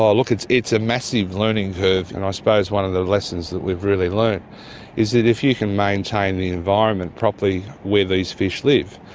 ah look, it's it's a massive learning curve. i and suppose one of the lessons that we've really learnt is that if you can maintain the environment properly where these fish live,